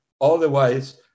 Otherwise